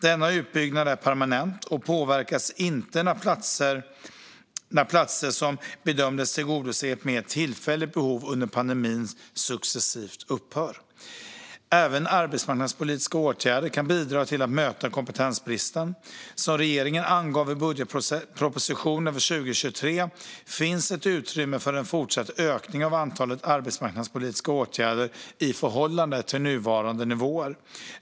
Denna utbyggnad är permanent och påverkas inte när platser som bedömdes tillgodose ett mer tillfälligt behov under pandemin successivt upphör. Även arbetsmarknadspolitiska åtgärder kan bidra till att möta kompetensbristen. Som regeringen angav i budgetpropositionen för 2023 finns det ett utrymme för en fortsatt ökning av antalet arbetsmarknadspolitiska åtgärder i förhållande till nuvarande nivåer.